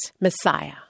Messiah